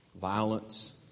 Violence